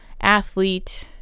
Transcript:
athlete